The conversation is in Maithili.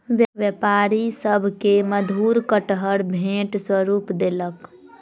व्यापारी सभ के मधुर कटहर भेंट स्वरूप देलक